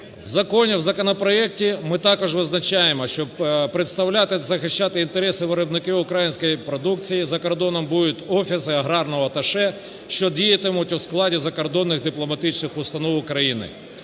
в законопроекті ми також визначаємо, що представляти, захищати інтереси виробників української продукції за кордоном будуть офіси аграрного аташе, що діятимуть у складі закордонних дипломатичних установ України.